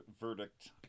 verdict